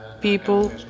people